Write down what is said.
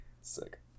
sick